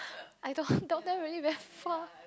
I don't want down there really very far